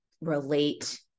relate